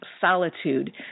solitude